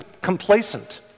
complacent